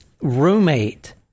roommate